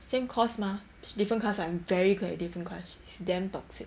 same course mah she different class I'm very glad we different class she's damn toxic